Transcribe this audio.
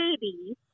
baby